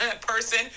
person